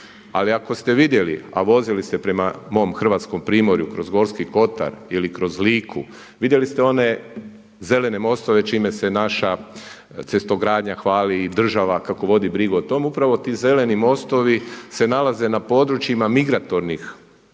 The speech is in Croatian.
Ali ako ste vidjeli a vozili ste prema mom Hrvatskom Primorju, kroz Gorski Kotar ili kroz Liku, vidjeli ste one zelene mostove čime se naša cestogradnja hvali i država kako vodi brigu o tome, upravo ti zeleni mostovi se nalaze na područjima migratornih područja